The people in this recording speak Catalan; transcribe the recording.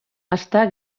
està